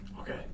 Okay